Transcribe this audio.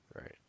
right